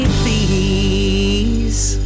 please